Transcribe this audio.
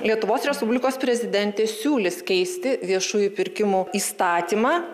lietuvos respublikos prezidentė siūlys keisti viešųjų pirkimų įstatymą